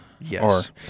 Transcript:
yes